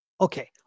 Okay